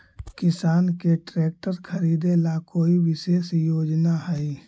किसान के ट्रैक्टर खरीदे ला कोई विशेष योजना हई?